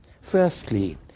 firstly